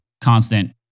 constant